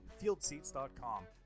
FieldSeats.com